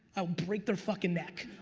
i'll break their fuckin' neck.